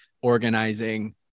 Organizing